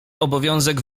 obowiązek